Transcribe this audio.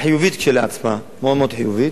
החיובית כשלעצמה, מאוד מאוד חיובית.